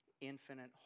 infinite